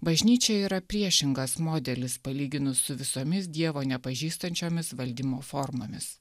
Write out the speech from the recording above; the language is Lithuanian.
bažnyčia yra priešingas modelis palyginus su visomis dievo nepažįstančiomis valdymo formomis